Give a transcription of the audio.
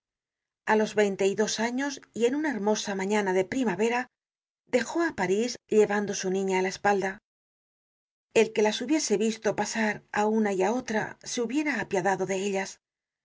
a los veinte y dos años y en una her mosa mañana de primavera dejó á parís llevando su niña á la espalda el que las hubiese visto pasar á una y otra se hubiera apiadado de ellas